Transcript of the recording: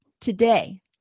today